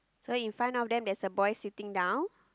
so in front of them there's a boy sitting down